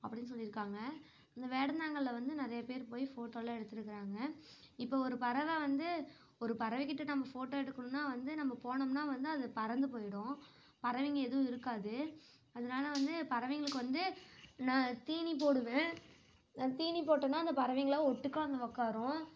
அப்படின்னு சொல்லிருக்காங்க இந்த வேடந்தாங்கலில் வந்து நிறைய பேர் ஃபோட்டோ எல்லாம் எடுத்துருக்கிறாங்க இப்போ ஒரு பறவை வந்து ஒரு பறவைக்கிட்ட நம்ம ஃபோட்டோ எடுக்கணும்னா வந்து நம்ம போனோம்னா வந்து அது பறந்து போயிடும் பறவைங்க எதுவும் இருக்காது அதனால வந்து பறவைங்களுக்கு வந்து நான் தீனி போடுவேன் நான் தீனி போட்டன்னா அந்த பறவைங்களெலாம் ஒட்டுக்காக வந்து உட்காரும்